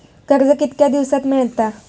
कर्ज कितक्या दिवसात मेळता?